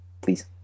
please